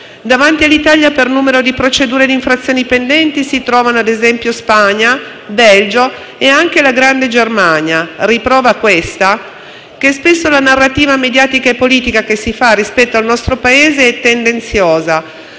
Davanti all'Italia per numero di procedure di infrazione pendenti si trovano, ad esempio, Spagna, Belgio e anche la grande Germania, a riprova che spesso la narrativa mediatica e politica che si fa rispetto al nostro Paese è tendenziosa,